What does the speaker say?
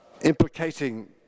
implicating